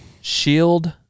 shield